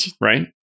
right